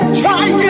try